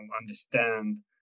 understand